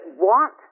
want